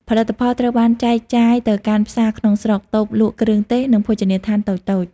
ផលិតផលត្រូវបានចែកចាយទៅកាន់ ផ្សារក្នុងស្រុក តូបលក់គ្រឿងទេស និងភោជនីយដ្ឋានតូចៗ។